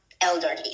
elderly